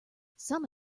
some